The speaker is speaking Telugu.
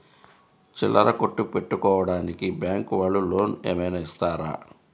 చిల్లర కొట్టు పెట్టుకోడానికి బ్యాంకు వాళ్ళు లోన్ ఏమైనా ఇస్తారా?